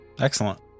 Excellent